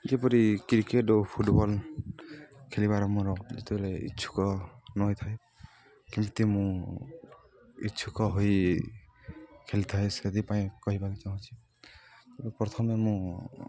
ଯେପରି କ୍ରିକେଟ ଓ ଫୁଟବଲ୍ ଖେଳିବାର ମୋର ଯେତେବେଳେ ଇଚ୍ଛୁକ ନଥାଏ କେମିତି ମୁଁ ଇଚ୍ଛୁକ ହୋଇ ଖେଳିଥାଏ ସେଥିପାଇଁ କହିବାକୁ ଚାହୁଁଛି ପ୍ରଥମେ ମୁଁ